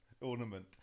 ornament